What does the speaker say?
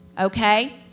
okay